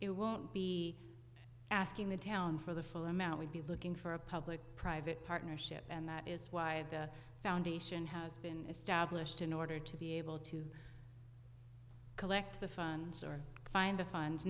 be asking the town for the full amount we'd be looking for a public private partnership and that is why the foundation has been established in order to be able to collect the funds or find the funds